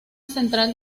central